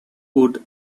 would